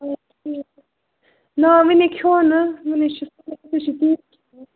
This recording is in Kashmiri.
اہنٛی ٹھیٖک ہے نا وُنہِ ہَے کھیٚو نہٕ وُنہِ ہَے چھِ أسۍ ہَے چھِ ژیٖرۍ کھیوٚان